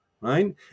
Right